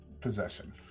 possession